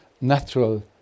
natural